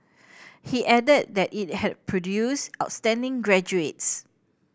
he added that it had produced outstanding graduates